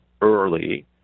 early